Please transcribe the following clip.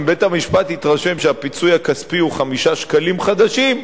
אם בית-המשפט התרשם שהפיצוי הכספי הוא 5 שקלים חדשים,